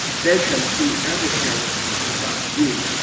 they can see everything about you,